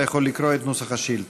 אתה יכול לקרוא את נוסח השאילתה.